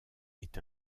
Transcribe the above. est